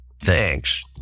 Thanks